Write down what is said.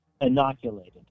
inoculated